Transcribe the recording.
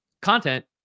Content